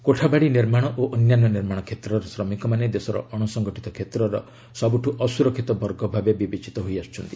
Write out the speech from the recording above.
କୋଠାବାଡ଼ି ନିର୍ମାଣ ଓ ଅନ୍ୟାନ୍ୟ ନିର୍ମାଣ କ୍ଷେତ୍ରର ଶ୍ରମିକମାନେ ଦେଶର ଅଣସଂଗଠିତ କ୍ଷେତ୍ରର ସବୁଠୁ ଅସୁରକ୍ଷିତ ବର୍ଗ ଭାବେ ବିବେଚିତ ହୋଇ ଆସୁଛନ୍ତି